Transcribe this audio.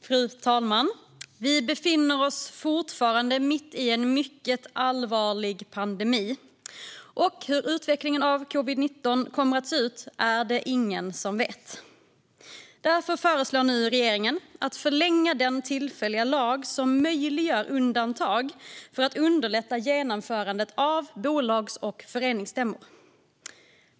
Fru talman! Vi befinner oss fortfarande mitt i en mycket allvarlig pandemi, och hur utvecklingen av covid-19 kommer att se ut är det ingen som vet. Därför föreslår regeringen nu en förlängning av den tillfälliga lag som möjliggör undantag för att underlätta genomförandet av bolags och föreningsstämmor.